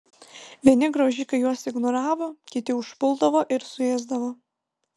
vieni graužikai juos ignoravo kiti užpuldavo ir suėsdavo